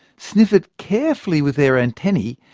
sniff it carefully with their antennae,